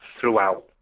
throughout